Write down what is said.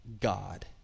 God